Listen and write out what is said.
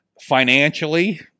financially